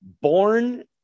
born